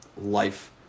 life